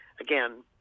again